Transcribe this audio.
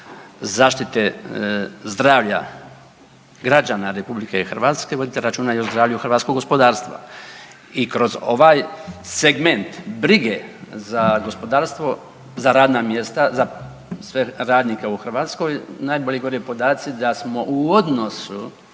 zaštite zdravlja građana RH voditi računa i o zdravlju hrvatskog gospodarstva i kroz ovaj segment brige za gospodarstvo, za radna mjesta, za sve radnike u Hrvatskoj najbolje govori podaci da smo u odnosu